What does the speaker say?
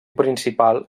principal